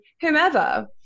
whomever